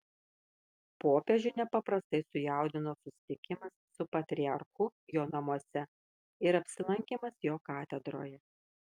popiežių nepaprastai sujaudino susitikimas su patriarchu jo namuose ir apsilankymas jo katedroje